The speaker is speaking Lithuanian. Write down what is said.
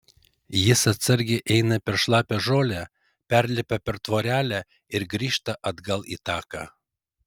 jie atsargiai eina per šlapią žolę perlipa per tvorelę ir grįžta atgal į taką